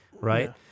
right